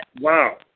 Wow